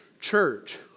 church